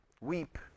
weep